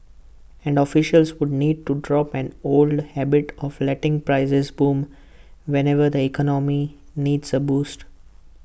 and officials would need to drop an old habit of letting prices boom whenever the economy needs A boost